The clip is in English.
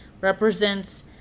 represents